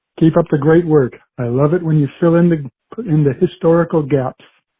keep up the great work. i love it when you fill in the in the historical gaps.